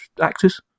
actors